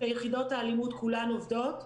יחידות האלימות כולן עובדות,